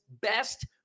best